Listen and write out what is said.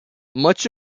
much